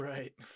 Right